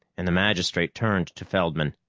and the magistrate turned to feldman.